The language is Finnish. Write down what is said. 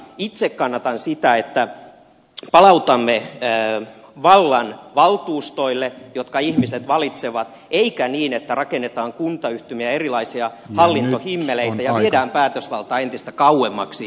sen takia itse kannatan sitä että palautamme vallan valtuustoille jotka ihmiset valitsevat enkä sitä että rakennetaan kuntayhtymiä erilaisia hallintohimmeleitä ja viedään päätösvaltaa entistä kauemmaksi ihmisistä